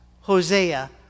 Hosea